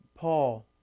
Paul